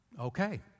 okay